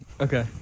okay